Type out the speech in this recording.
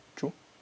true